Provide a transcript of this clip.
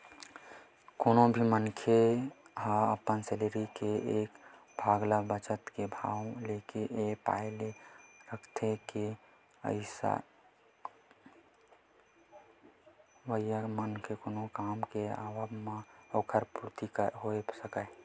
कोनो भी मनखे ह अपन सैलरी के एक भाग ल बचत के भाव लेके ए पाय के रखथे के अवइया बेरा म कोनो काम के आवब म ओखर पूरति होय सकय